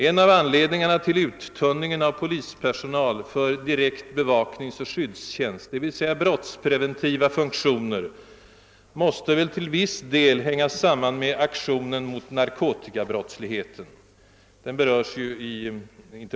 En av anledningarna till uttunningen av polispersonal för direkt bevakningsoch skyddstjänst, d.v.s. brottspreventiva funktioner, måste väl till viss del hänga samman med aktionen mot narkotikabrottsligheten?